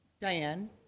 Diane